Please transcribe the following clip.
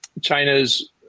China's